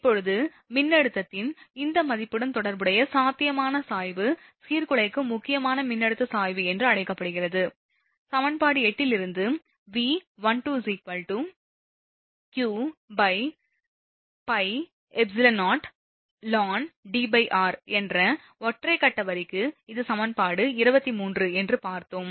இப்போது மின்னழுத்தத்தின் இந்த மதிப்புடன் தொடர்புடைய சாத்தியமான சாய்வு சீர்குலைக்கும் முக்கியமான மின்னழுத்த சாய்வு என்று அழைக்கப்படுகிறது சமன்பாடு 8 இலிருந்து V12 qπεoln Dr என்ற ஒற்றை கட்ட வரிக்கு இது சமன்பாடு 26 என்று பார்த்தோம்